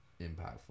impactful